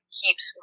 keeps